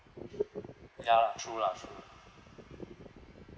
ya lah true lah true